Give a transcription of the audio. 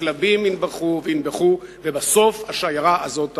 הכלבים ינבחו וינבחו, ובסוף השיירה הזאת תעצור.